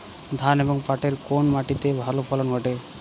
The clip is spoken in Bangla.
ধান এবং পাটের কোন মাটি তে ভালো ফলন ঘটে?